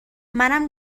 منم